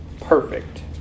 perfect